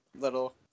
little